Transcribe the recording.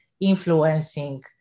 influencing